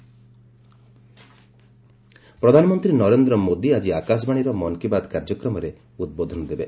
PM Mann Ki Baat ପ୍ରଧାନମନ୍ତ୍ରୀ ନରେନ୍ଦ୍ର ମୋଦି ଆଜି ଆକାଶବାଣୀର ମନ୍ କୀ ବାତ୍ କାର୍ଯ୍ୟକ୍ରମରେ ଉଦ୍ବୋଧନ ଦେବେ